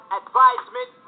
advisement